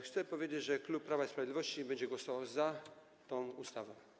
Chcę powiedzieć, że klub Prawo i Sprawiedliwość będzie głosował za tą ustawą.